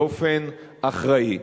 באופן אחראי.